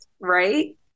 right